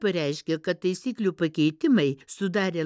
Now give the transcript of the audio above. pareiškė kad taisyklių pakeitimai sudarė